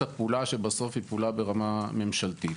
הפעולה שבסוף היא פעולה ברמה ממשלתית.